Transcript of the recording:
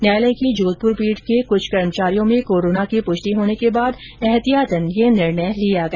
न्यायालय की जोधपुर पीठ के कुछ कर्मचारियों में कोरोना की पुष्टि होने के बाद एतिहातन यह निर्णय लिया गया